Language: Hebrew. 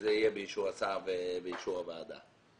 שזה יהיה באישור השר ובאישור הוועדה.